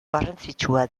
garrantzitsua